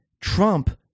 Trump